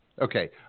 Okay